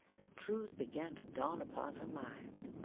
the truth began to dawn upon her mind,